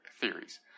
theories